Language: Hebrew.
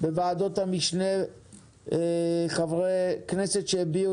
בוועדות המשנה מבין חברי כנסת שהביעו